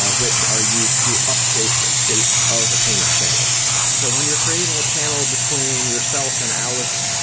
ah which are used to update the state of a payment channel so when you're creating a channel between yourself and alice,